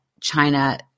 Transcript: China